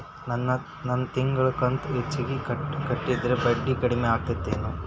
ನನ್ ತಿಂಗಳ ಕಂತ ಹೆಚ್ಚಿಗೆ ಕಟ್ಟಿದ್ರ ಬಡ್ಡಿ ಕಡಿಮಿ ಆಕ್ಕೆತೇನು?